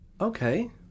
Okay